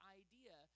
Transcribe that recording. idea